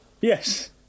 yes